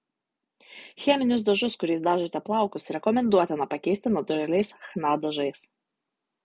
cheminius dažus kuriais dažote plaukus rekomenduotina pakeisti natūraliais chna dažais